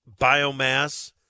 biomass